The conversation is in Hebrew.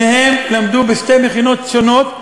שניהם למדו בשתי מכינות שונות,